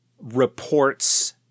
reports